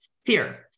fear